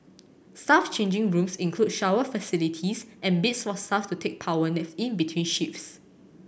staff changing rooms include shower facilities and beds for staff to take power naps in between shifts